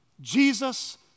Jesus